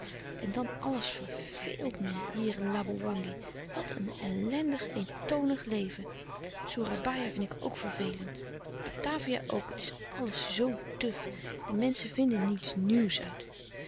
en dan alles verveelt me hier in louis couperus de stille kracht laboewangi wat een ellendig eentonig leven soerabaia vind ik ook vervelend batavia ook het is alles zoo duf de menschen vinden niets nieuws uit